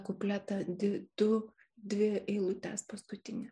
kupletą di du dvi eilutes paskutines